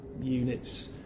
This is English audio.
units